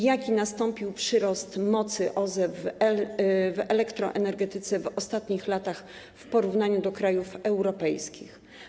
Jaki nastąpił przyrost mocy OZE w elektroenergetyce w ostatnich latach w porównaniu do krajów europejskich?